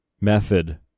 method